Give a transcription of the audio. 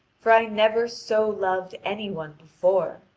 for i never so loved any one before.